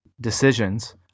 decisions